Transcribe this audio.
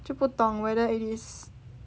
就不懂 whether it is